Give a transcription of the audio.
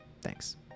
thanks